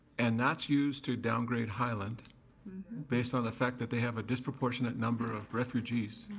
and that's used to downgrade highland based on the fact that they have a disproportionate number of refugees.